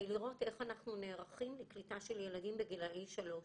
לראות איך אנחנו נערכים לקליטה של ילדים בגילאי שלוש